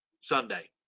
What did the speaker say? Sunday